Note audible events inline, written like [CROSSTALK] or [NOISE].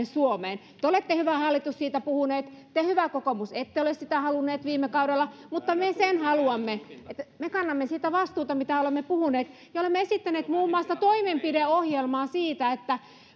[UNINTELLIGIBLE] suomeen te olette hyvä hallitus siitä puhuneet te hyvä kokoomus ette ole sitä halunneet viime kaudella mutta me sen haluamme me kannamme vastuuta siitä mitä olemme puhuneet me olemme esittäneet muun muassa toimenpideohjelmaa siitä